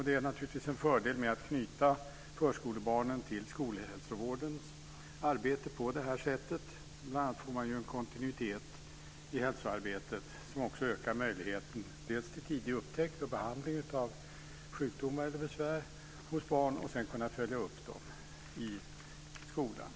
Det är naturligtvis en fördel att på det här sättet knyta förskolebarnen till skolhälsovårdens arbete. Man får bl.a. en kontinuitet i hälsoarbetet, vilket ökar möjligheten till tidig upptäckt och behandling av sjukdomar eller besvär hos barn, för att framöver kunna följa upp dem i skolan.